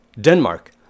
Denmark